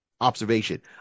observation